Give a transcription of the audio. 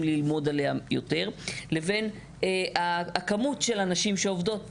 ללמוד עליהם יותר לבין הכמות של הנשים שעובדות באחוזים.